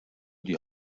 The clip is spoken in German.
die